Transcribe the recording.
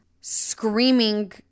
screaming